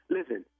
Listen